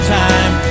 time